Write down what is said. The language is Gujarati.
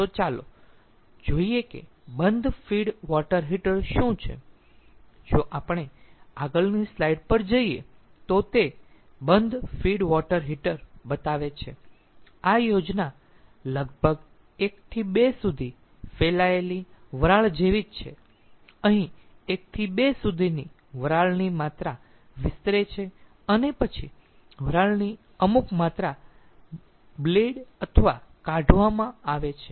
તો ચાલો જોઈએ કે બંધ ફીડ વોટર હીટર શું છે જો આપણે આગળની સ્લાઈડ પર જઈએ તો તે બંધ ફીડ વોટર હીટર બતાવે છે આ યોજના લગભગ 1 થી 2 સુધી ફેલાયેલી વરાળ જેવી જ રહે છેઅહી 1 થી 2 સુધીની વરાળની માત્રા વિસ્તરે છે અને પછી વરાળની અમુક માત્રા બ્લેડ અથવા કાઢવામાં આવે છે